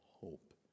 hope